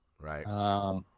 Right